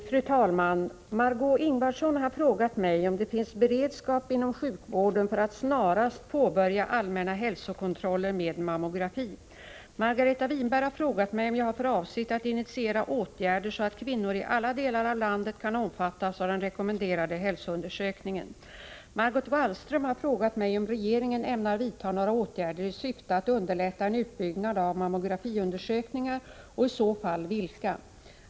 Fru talman! Margé Ingvardsson har frågat mig om det finns beredskap inom sjukvården för att snarast påbörja allmänna hälsokontroller med mammografi. Margareta Winberg har frågat mig om jag har för avsikt att initiera åtgärder så att kvinnor i alla delar av landet kan omfattas av den rekommenderade hälsoundersökningen. Margot Wallström har frågat mig om regeringen ämnar vidta några åtgärder i syfte att underlätta en utbyggnad av mammografiundersökningar och i så fall vilka.